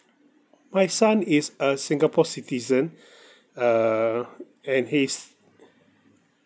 my son is a singapore citizen err and he is